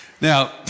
Now